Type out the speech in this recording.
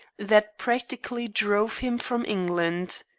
that practically drove him from england.